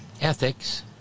ethics